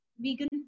vegan